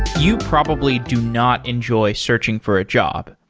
you probably do not enjoy searching for a job.